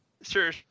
Sure